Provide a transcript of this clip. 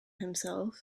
himself